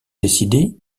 décidé